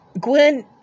Gwen